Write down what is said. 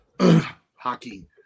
hockey